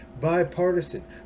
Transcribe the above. bipartisan